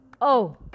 Oh